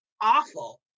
awful